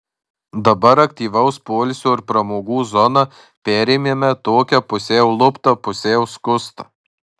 dabar aktyvaus poilsio ir pramogų zoną perėmėme tokią pusiau luptą pusiau skustą